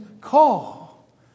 call